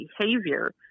behavior